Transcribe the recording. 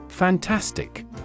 Fantastic